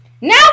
Now